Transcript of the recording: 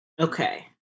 Okay